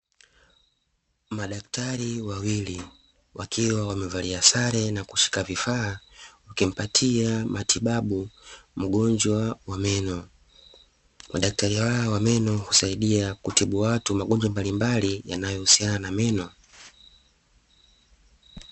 Madaktari wawili wakiwa wamevalia sare na kushika vifaa wakimpatia matibabu mgonjwa wa meno. Madaktari hawa wa meno husaidia kutibu watu magonjwa mbalimbali yanayohusiana na meno.